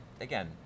again